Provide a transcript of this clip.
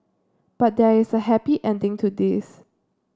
but there is a happy ending to this